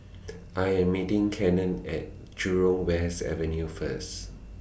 I Am meeting Cannon At Jurong West Avenue First